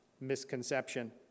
misconception